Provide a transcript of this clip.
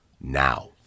now